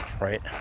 right